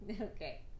Okay